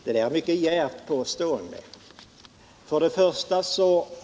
Det är ett mycket djärvt påstående.